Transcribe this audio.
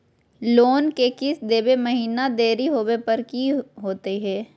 Loan के किस्त देवे महिना देरी होवे पर की होतही हे?